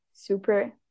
super